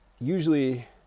usually